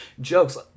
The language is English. jokes